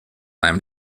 einem